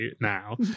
now